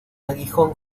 aguijón